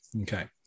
Okay